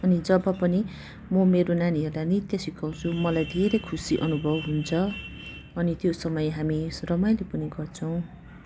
अनि जब पनि म मेरो नानीहरूलाई नृत्य सिकाउँछु म मलाई धेरै खुसी अनुभव हुन्छ अनि त्यो समय हामी रमाइलो पनि गर्छौँ